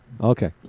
Okay